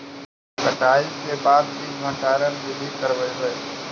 कटाई के बाद बीज भंडारन बीधी करबय?